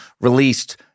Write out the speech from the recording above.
released